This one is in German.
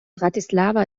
bratislava